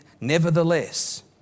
nevertheless